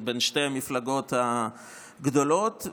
בין שתי מפלגות גדולות.